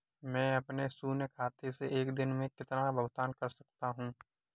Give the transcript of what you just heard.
मैं अपने शून्य खाते से एक दिन में कितना भुगतान कर सकता हूँ?